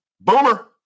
boomer